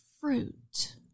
fruit